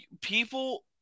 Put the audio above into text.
people